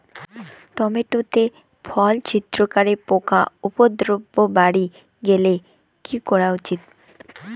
Tomato তে ফল ছিদ্রকারী পোকা উপদ্রব বাড়ি গেলে কি করা উচিৎ?